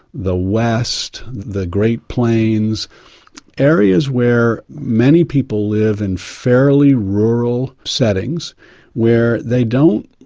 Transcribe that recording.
the west, the great plains areas where many people live in fairly rural settings where they don't,